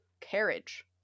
Carriage